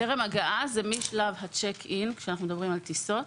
טרם הגעה זה משלב הצ'ק אין כאשר אנחנו מדברים על טיסות.